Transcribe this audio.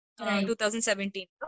2017